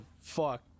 fuck